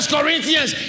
Corinthians